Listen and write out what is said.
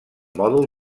mòdul